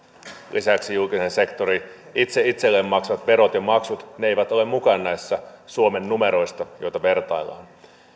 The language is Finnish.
lisäksi julkisen sektorin itse itselleen maksamat verot ja maksut eivät ole mukana näissä suomen numeroissa joita vertaillaan